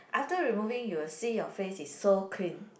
after removing you will see your face is so clean